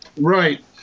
Right